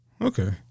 Okay